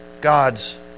God's